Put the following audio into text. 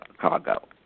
cargo